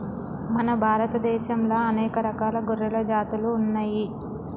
మన భారత దేశంలా అనేక రకాల గొర్రెల జాతులు ఉన్నయ్యి